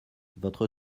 votre